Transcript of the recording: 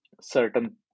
certain